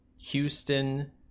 Houston